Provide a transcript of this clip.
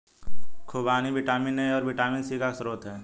खूबानी vitamin A और vitamin C का स्रोत है